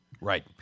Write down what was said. Right